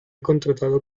contratado